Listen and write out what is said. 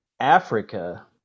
Africa